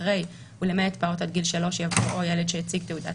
אחרי "ולמעט פעוט עד גיל שלוש" יבוא "או ילד שהציג תעודת